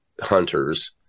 hunters